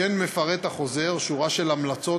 כמו כן מפרט החוזר שורה של המלצות,